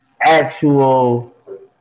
actual